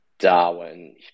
Darwin